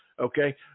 okay